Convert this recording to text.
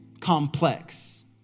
complex